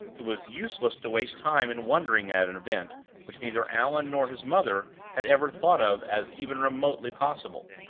it was useless to waste time in wondering at an event which neither allan nor his mother had ever thought of as even remotely possible.